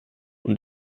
und